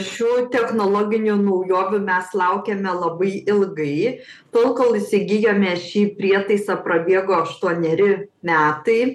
šių technologinių naujovių mes laukiame labai ilgai tol kol įsigijome šį prietaisą prabėgo aštuoneri metai